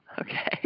Okay